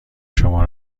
شما